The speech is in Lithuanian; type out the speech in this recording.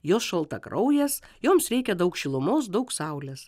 jos šaltakraujės joms reikia daug šilumos daug saulės